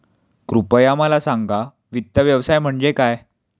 कृपया मला सांगा वित्त व्यवसाय म्हणजे काय?